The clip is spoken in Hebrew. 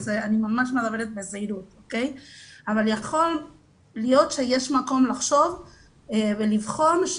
ואני מדברת ממש בזהירות יכול להיות שיש מקום לחשוב ולבחון,